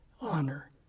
Honor